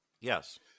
Yes